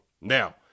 Now